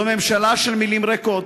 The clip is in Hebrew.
זו ממשלה של מילים ריקות.